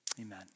Amen